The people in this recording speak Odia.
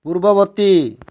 ପୂର୍ବବର୍ତ୍ତୀ